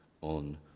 on